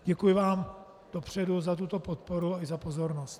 Děkuji vám dopředu za tuto podporu i za pozornost.